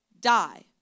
die